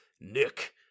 Nick